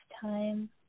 time